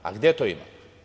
A gde to ima?